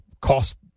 cost